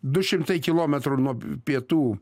du šimtai kilometrų nuo pietų